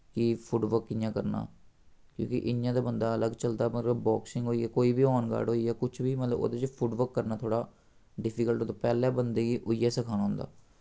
कि footwork कि'यां करना क्योंकि इ'यां ते बंदा अलग चलदा पर बाक्सिंग होई गेआ कोई बी आन गार्ड होई गेआ कुछ बी मतलब ओह्दे च मतलब फुट वर्क करना थोह्ड़ा डिफिकल्ट होंदा पैह्लें बंदे गी उ'ऐ सखाना होंदा